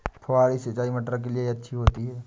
फुहारी सिंचाई मटर के लिए अच्छी होती है?